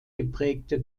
geprägte